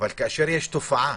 אבל כאשר יש תופעה